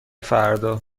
فردا